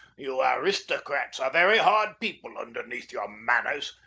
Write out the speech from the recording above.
you aristocrats are very hard people underneath your manners.